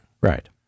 Right